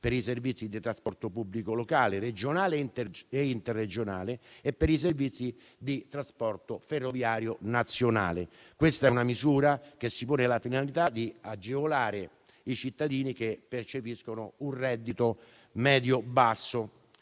per i servizi di trasporto pubblico locale, regionale e interregionale e per i servizi di trasporto ferroviario nazionale. Tale misura si pone la finalità di agevolare i cittadini che percepiscono un reddito medio basso.